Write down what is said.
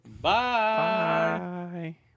Bye